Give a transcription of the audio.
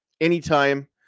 anytime